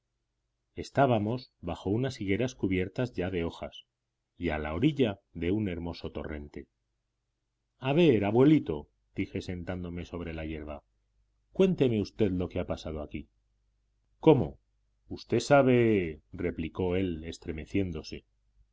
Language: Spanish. estábamos bajo unas higueras cubiertas ya de hojas y a la orilla de un hermoso torrente a ver abuelito dije sentándome sobre la hierba cuénteme usted lo que ha pasado aquí cómo usted sabe replicó él estremeciéndose